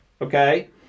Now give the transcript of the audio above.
okay